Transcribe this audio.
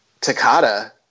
Takata